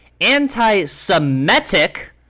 anti-Semitic